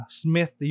smith